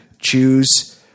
choose